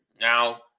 Now